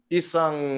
isang